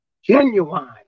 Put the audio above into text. Genuine